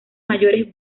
mayores